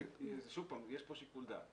שוב, יש פה שיקול דעת.